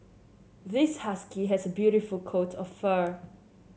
this husky has a beautiful coat of fur